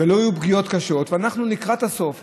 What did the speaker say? ולא היו פגיעות קשות, ואנחנו לקראת הסוף.